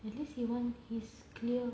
at least he wan~ he's clear